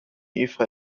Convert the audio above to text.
eva